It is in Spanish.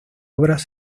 obras